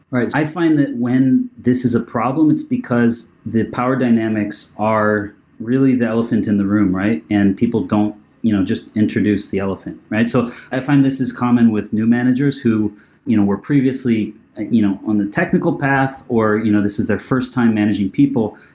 right. i find that when this is a problem, it's because the power dynamics are really the elephant in the room and people don't you just introduce the elephant, right? so i find this is common with new managers who you know were previously you know on the technical path or you know this is their first time managing people,